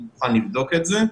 אני מוכן לבדוק את זה.